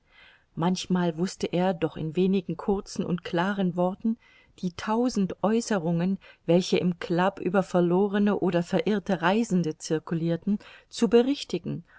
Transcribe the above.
manchmal wußte er doch in wenigen kurzen und klaren worten die tausend aeußerungen welche im club über verlorene oder verirrte reisende circulirten zu berichtigen